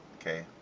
okay